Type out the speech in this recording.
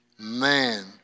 Man